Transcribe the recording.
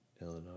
Illinois